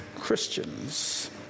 Christians